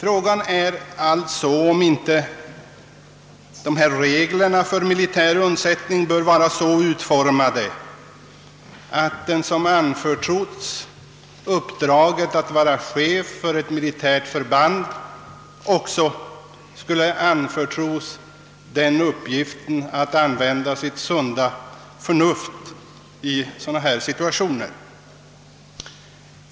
Frågan är alltså, om inte reglerna för militär undsättning bör vara så utformade att den som har anförtrotts uppdraget att vara chef för ett militärförband också skall anförtros uppgiften att använda sitt sunda förnuft i sådana här situationer.